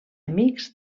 amics